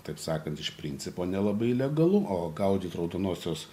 taip sakant iš principo nelabai legalu o gaudyt raudonosios